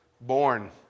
born